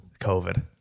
COVID